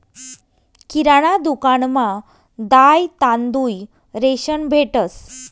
किराणा दुकानमा दाय, तांदूय, रेशन भेटंस